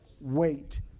Wait